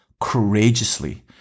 courageously